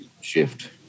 shift